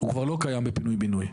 הוא כבר לא קיים בפינוי בינוי.